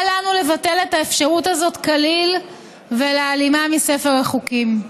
אל לנו לבטל את האפשרות הזאת כליל ולהעלימה מספר החוקים.